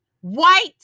White